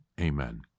Amen